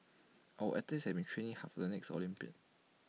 our athletes have been training hard for the next Olympics